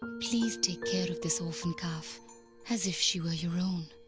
please take care of this orphan calf as if she were your own.